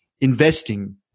investing